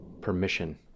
permission